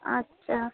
আচ্ছা